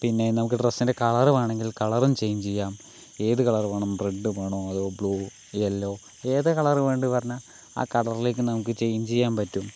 പിന്നെ നമുക്ക് ഡ്രെസ്സിൻ്റെ കളർ വേണെങ്കിൽ കളറും ചേഞ്ച് ചെയ്യാം ഏത് കളർ വേണം റെഡ് വേണോ അതോ ബ്ലൂ യെല്ലോ ഏത് കളർ വേണ്ടേ പറഞ്ഞാൽ ആ കളറിലേക്ക് നമുക്ക് ചേഞ്ച് ചെയ്യാൻ പറ്റും